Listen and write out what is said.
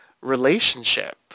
relationship